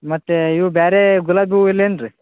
ಮತ್ತೇ ಇವು ಬೇರೇ ಗುಲಾಬಿ ಹೂವು ಇಲ್ಲೇನು ರೀ